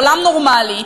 בעולם נורמלי,